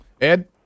Ed